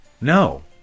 No